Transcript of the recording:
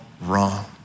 wrong